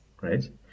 right